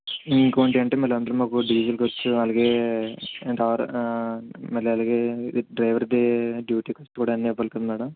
ఇంకోకటి అంటే మళ్ళీ అందులో ఒక రోజు డీజల్ ఖర్చు అలాగే ఇంకా మళ్ళీ అలాగే డ్రైవర్కి డ్యూటి ఖర్చు కూడా అన్ని అవ్వాలి కదా మేడం